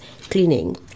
cleaning